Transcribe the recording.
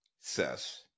says